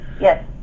yes